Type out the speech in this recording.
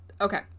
Okay